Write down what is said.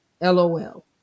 LOL